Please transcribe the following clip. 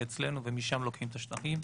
עליהם הם אצלנו ומשם לוקחים את השטחים.